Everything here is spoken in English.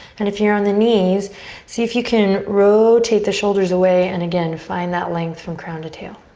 and if you're on the knees see if you can rotate the shoulders away and again find that length from crown to tail.